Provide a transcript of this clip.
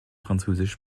französisch